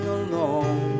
alone